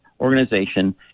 organization